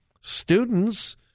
students